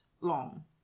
long